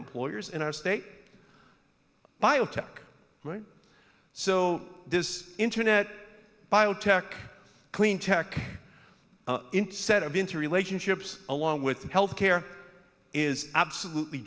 employers in our state biotech right so this internet biotech clean tech set of interrelationships along with health care is absolutely